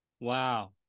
Wow